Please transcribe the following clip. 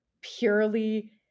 purely